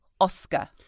oscar